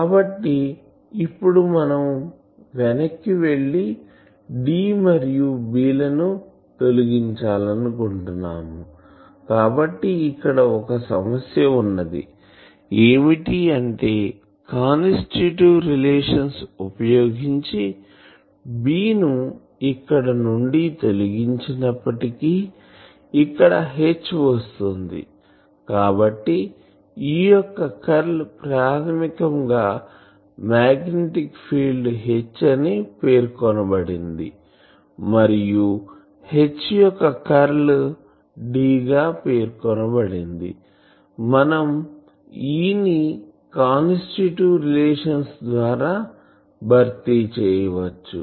కాబట్టి ఇప్పుడు మనం వెనక్కి వెళ్లి D మరియు B లను తొలగించాలనుకుంటున్నాము కాబట్టి ఇక్కడ ఒక సమస్యవున్నది ఏమిటి అంటే కాన్స్టిట్యూటివ్ రిలేషన్స్ ఉపయోగించి B ను ఇక్కడ నుండి తొలగించినప్పటికీ ఇక్కడ H వస్తుంది కాబట్టి E యొక్క కర్ల్ ప్రాథమికంగా మాగ్నెటిక్ ఫీల్డ్ H అని పేర్కొనబడింది మరియు H యొక్క కర్ల్ D గా పేర్కొనబడింది మనం E ని కాన్స్టిట్యూటివ్ రిలేషన్స్ ద్వారా భర్తీ చేయవచ్చు